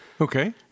Okay